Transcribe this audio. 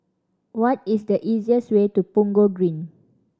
what is the easiest way to Punggol Green